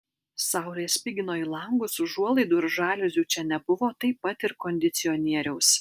saulė spigino į langus užuolaidų ir žaliuzių čia nebuvo taip pat ir kondicionieriaus